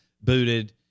booted